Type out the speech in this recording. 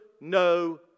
no